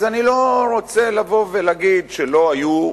אז אני לא רוצה לבוא ולהגיד שלא היו,